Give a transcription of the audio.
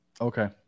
Okay